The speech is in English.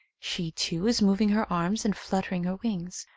she, too, is moving her arms and fluttering her wings.